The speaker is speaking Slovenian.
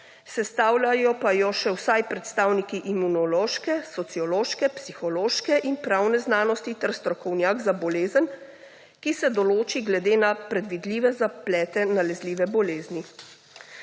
sestavljajo pa jo še vsaj predstavniki imunološke, sociološke, psihološke in pravne znanosti ter strokovnjak za bolezen, ki se določi glede na predvidljive zaplete nalezljive bolezni.